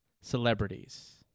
celebrities